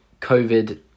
COVID